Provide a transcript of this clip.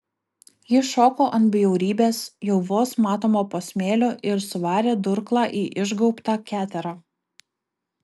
ji šoko ant bjaurybės jau vos matomo po smėliu ir suvarė durklą į išgaubtą keterą